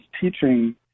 teaching